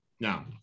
Now